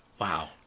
Wow